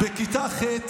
בכיתה ח',